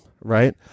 right